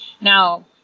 Now